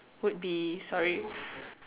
would be sorry